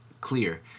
clear